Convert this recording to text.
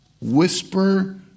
whisper